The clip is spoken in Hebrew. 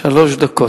שלוש דקות,